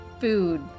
food